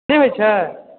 की होइ छै